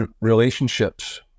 relationships